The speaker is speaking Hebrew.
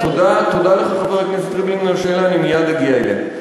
זו שאלה שצריכה להעסיק